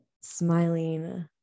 Smiling